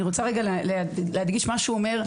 אני רוצה רגע להדגיש מה שהוא אומר,